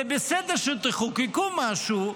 זה בסדר שתחוקקו משהו,